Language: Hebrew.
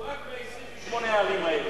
בכל עיר בצפון, או רק ב-28 הערים האלה?